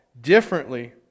differently